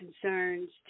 concerns